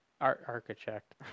Architect